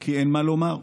כי אין מה לומר.